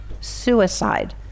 suicide